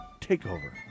takeover